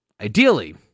Ideally